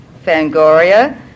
Fangoria